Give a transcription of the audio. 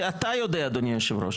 שאתה יודע אדוני יושב הראש,